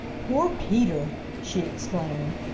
poor peter! she exclaimed.